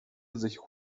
sich